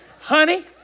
honey